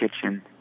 kitchen